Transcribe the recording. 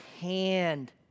hand